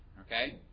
okay